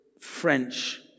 French